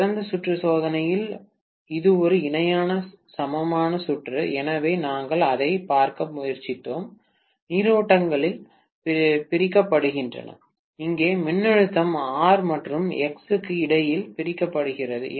திறந்த சுற்று சோதனையில் இது ஒரு இணையான சமமான சுற்று எனவே நாங்கள் அதைப் பார்க்க முயற்சித்தோம் நீரோட்டங்கள் பிரிக்கப்படுகின்றன இங்கே மின்னழுத்தம் R மற்றும் X க்கு இடையில் பிரிக்கப்படுகிறது